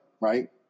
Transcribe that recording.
right